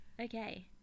okay